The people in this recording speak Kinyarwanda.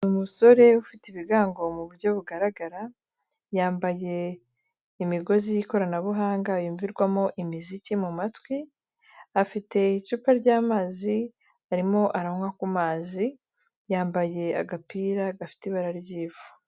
Umusore ufite ibigango muburyo bugaragara yambaye imigozi y'ikoranabuhanga yuvirwamo imiziki mu matwi, afite icupa ryamazi arimo aranywa ku mazi yambaye agapira gafite ibara ry'ivu.